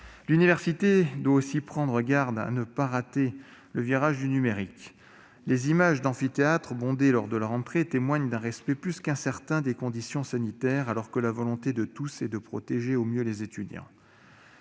L'université doit aussi prendre garde à ne pas rater le virage du numérique. Les images d'amphithéâtres bondés lors de la rentrée témoignent d'un respect plus qu'incertain des conditions sanitaires, alors que la volonté de tous est de protéger au mieux les étudiants.